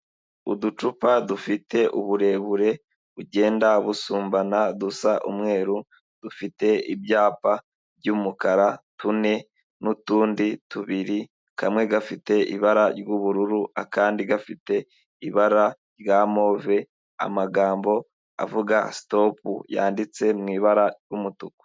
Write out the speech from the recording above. Uducupa dufite uburebure bugenda busumbana dusa umweru, dufite ibyapa by'umukara, tune n'utundi tubiri, kamwe gafite ibara ry'ubururu akandi gafite ibara rya move, amagambo avuga "sitopu," yanditse mu ibara ry'umutuku.